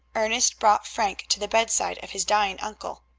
ernest brought frank to the bedside of his dying uncle.